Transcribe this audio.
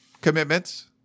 commitments